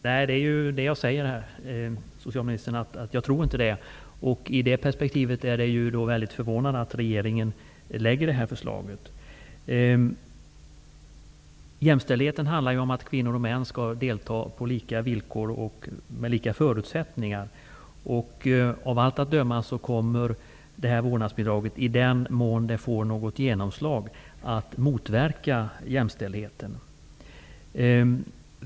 Herr talman! Nej. Vad jag säger är ju att jag inte tror att någon vill göra det. I det perspektivet är det väldigt förvånande att regeringen lägger fram det här förslaget. Jämställdheten handlar ju om att kvinnor och män skall delta på lika villkor och under samma förutsättningar. Av allt att döma kommer vårdnadsbidraget, i den mån det får genomslag, att motverka jämställdheten.